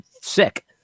sick